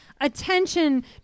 attention